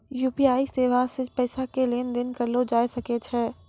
UPI सेबा से पैसा के लेन देन करलो जाय सकै छै